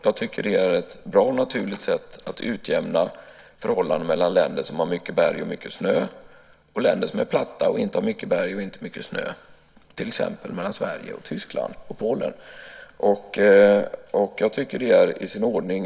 Jag tycker att det är ett bra och naturligt sätt att utjämna förhållanden mellan länder som har mycket berg och mycket snö och länder som är platta och inte har mycket berg och inte mycket snö, till exempel mellan Sverige och Tyskland och Polen. Jag tycker att det är i sin ordning.